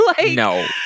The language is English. No